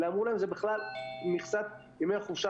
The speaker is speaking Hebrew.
אלא אמרו להם: זה על מכסת ימי החופשה,